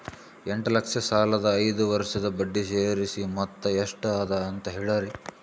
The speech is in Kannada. ಎಂಟ ಲಕ್ಷ ಸಾಲದ ಐದು ವರ್ಷದ ಬಡ್ಡಿ ಸೇರಿಸಿ ಮೊತ್ತ ಎಷ್ಟ ಅದ ಅಂತ ಹೇಳರಿ?